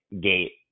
gate